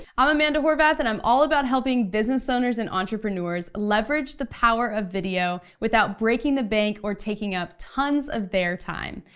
i'm amanda horvath, and i'm all about helping business owners and entrepreneurs leverage the power of video without breaking the bank or taking up tons of their time.